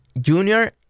Junior